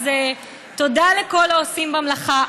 אז תודה לכל העושים במלאכה.